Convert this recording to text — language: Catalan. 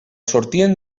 sortien